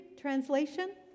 Translation